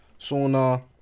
sauna